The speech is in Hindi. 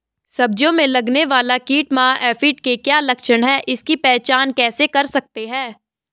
सब्जियों में लगने वाला कीट माह एफिड के क्या लक्षण हैं इसकी पहचान कैसे कर सकते हैं?